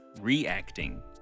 reacting